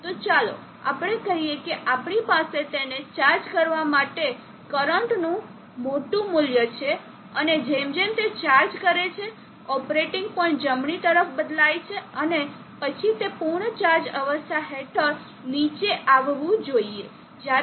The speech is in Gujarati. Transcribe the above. તો ચાલો આપણે કહીએ કે આપણી પાસે તેને ચાર્જ કરવા માટે કરંટનું મોટો મૂલ્ય છે અને જેમ જેમ તે ચાર્જ કરે છે ઓપરેટિંગ પોઇન્ટ જમણી તરફ બદલાય છે અને પછી તે પૂર્ણ ચાર્જ અવસ્થા હેઠળ નીચે આવવું જોઈએ જ્યારે તે 14